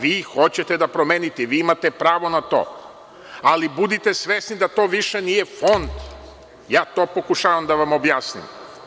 Vi hoćete da promenite, vi imate pravo na to, ali budite svesni da to više nije Fond, to pokušavam da vam objasnim.